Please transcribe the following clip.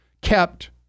kept